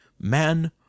man